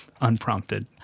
unprompted